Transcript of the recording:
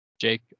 Jake